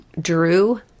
Drew